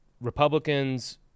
Republicans